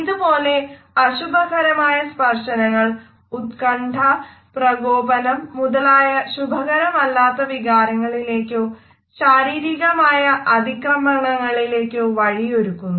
ഇതുപോലെ അശുഭകരമായ സ്പർശനങ്ങൾ ഉത്ക്കണ്ഠ പ്രകോപനം മുതലായ ശുഭകരമല്ലാത്ത വികാരങ്ങളിലേക്കോ ശാരീരികമായ അതിക്രമണങ്ങളിലേക്കോ വഴിയൊരുക്കുന്നു